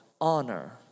honor